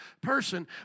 person